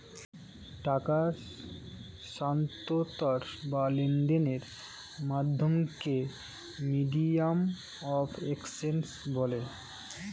টাকার স্থানান্তর বা লেনদেনের মাধ্যমকে মিডিয়াম অফ এক্সচেঞ্জ বলে